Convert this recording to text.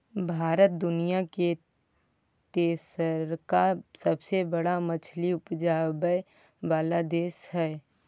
भारत दुनिया के तेसरका सबसे बड़ मछली उपजाबै वाला देश हय